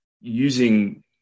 using